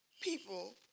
people